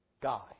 guy